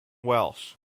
welsh